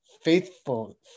faithful